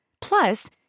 Plus